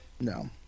No